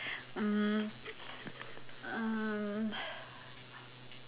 uh um